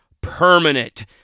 permanent